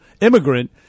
immigrant